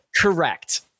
Correct